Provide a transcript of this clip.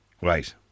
Right